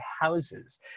houses